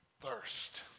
thirst